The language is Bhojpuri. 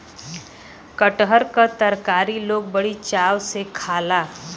कटहर क तरकारी लोग बड़ी चाव से खाला